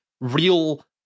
real